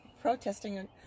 protesting